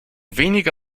wenige